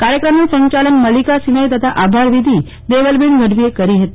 કાર્યક્રમનું સંચાલન મલ્લિકા સીન્નાઈ તથા આભારવિધિ દેવલબેન ગઢવીએ કરી હતી